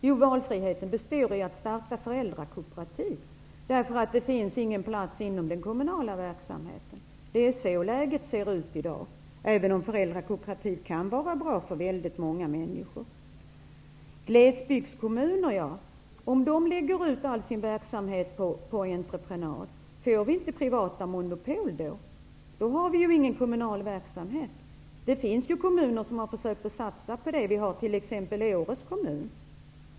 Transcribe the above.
Jo, valfriheten består i att de kan starta föräldrakooperativ när det inte finns plats inom den kommunala verksamheten. Det är så läget är i dag -- även om föräldrakooperativ kan vara bra för många människor. Om glesbygdskommuner lägger ut all sin verksamhet på entreprenad, blir det då inte privata monopol? Då finns ju ingen kommunal verksamhet. En del kommuner har försökt satsa på det, t.ex. Åre kommun.